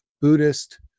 Buddhist